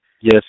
Yes